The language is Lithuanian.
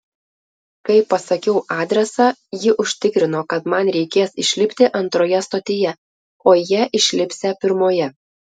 kai pasakiau adresą ji užtikrino kad man reikės išlipti antroje stotyje o jie išlipsią pirmoje